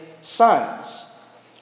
sons